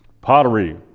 pottery